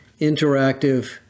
interactive